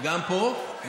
גם פה.